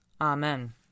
Amen